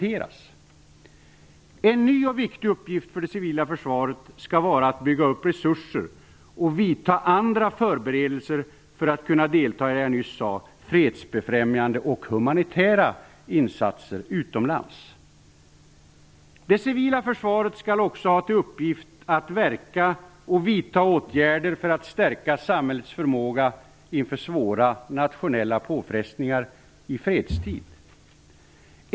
En ny och viktig uppgift för det civila försvaret skall vara att bygga upp resurser och vidta andra förberedelser för att kunna delta i fredsbefrämjande och humanitära insatser utomlands. Det civila försvaret skall också ha till uppgift att verka och vidta åtgärder för att stärka samhällets förmåga inför svåra nationella påfrestningar i fredstid.